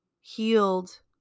healed